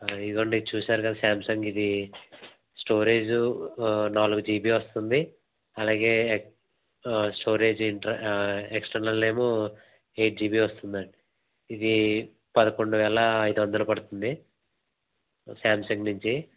ఇదిగోండి చూసారుగా సామ్సంగ్ ఇది స్టోరేజు నాలుగు జీబీ వస్తుంది అలాగే ఎ స్టోరేజ్ ఇన్ ఎక్స్టర్నల్ ఏమో ఎయిట్ జీబీ వస్తుంది ఇది పదకొండు వేల ఐదువందలు పడుతుంది సామ్సంగ్ నుంచి